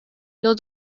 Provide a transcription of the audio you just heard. los